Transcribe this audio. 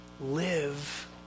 live